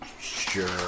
Sure